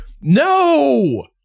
no